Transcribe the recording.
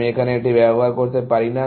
আমি এখানে এটি ব্যবহার করতে পারি না